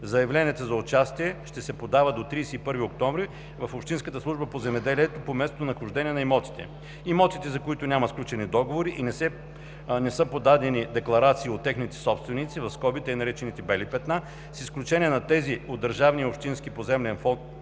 Заявленията за участие ще се подават до 31 октомври в общинската служба по земеделие по местонахождението на имотите. Имотите, за които няма сключени договори и не са подадени декларации от техните собственици (така наречените „бели петна“), с изключение на тези от държавния и общинския поземлен фонд,